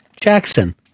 Jackson